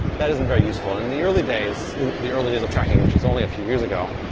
that isn't very useful. and in the early days, the early days of tracking, which was only a few years ago,